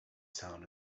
sound